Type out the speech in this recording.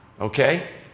Okay